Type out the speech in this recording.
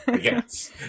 Yes